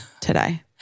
today